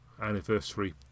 anniversary